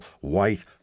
white